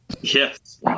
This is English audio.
Yes